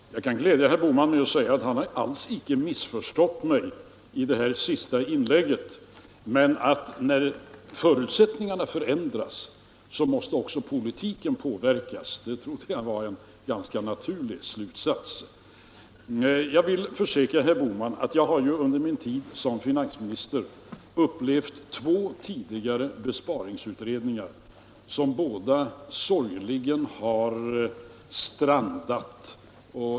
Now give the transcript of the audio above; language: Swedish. Herr talman! Jag kan glädja herr Bohman med att han alls inte har missförstått vad jag sade i mitt senaste inlägg. Men när förutsättningarna ändras måste också politiken påverkas — det trodde jag var en ganska naturlig slutsats. Jag har ju, herr Bohman, under min tid som finansminister upplevt två tidigare besparingsutredningar, som båda sorgligen har strandat.